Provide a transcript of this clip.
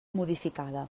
modificada